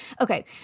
Okay